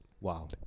Wow